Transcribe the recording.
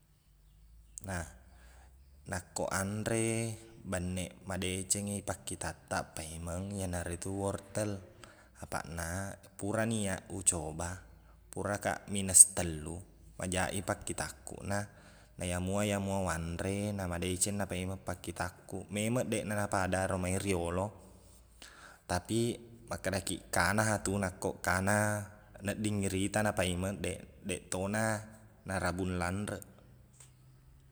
Nah nakko anre banneq madeceng i pakkitattaq paimeng iyana ritu wortel apaqna purani iyaq ucoba purakaq minus tellu majaq i pakkitakkuna naiyamua iyamua uwanre namadeceng na paimeng pakkitakku memang deqna napadaro mei riyolo tapi makkedakiq kana tu nakko kana nedding iritana paimeng deq- deq to na narabung lanreq